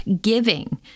giving